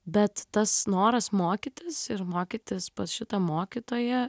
bet tas noras mokytis ir mokytis pas šitą mokytoją